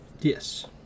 yes